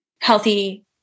healthy